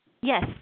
Yes